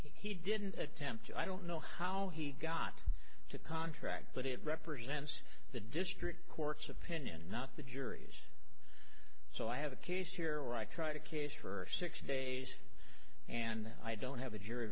he didn't attempt to i don't know how he got to contract but it represents the district court's opinion not the jury's so i have a case here where i try to case for six days and i don't have a jury